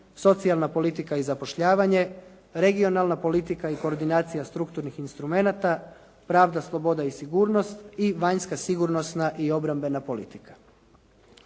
socijalna politika i zapošljavanje, regionalna politika i koordinacija strukturnih instrumenata, pravda, sloboda i sigurnost i vanjska sigurnosna i obrambena politika.